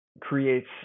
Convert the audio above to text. creates